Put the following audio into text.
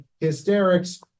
Hysterics